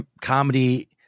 comedy